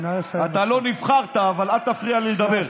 אתה לא נבחרת, אבל אל תפריע לי לדבר.